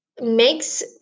makes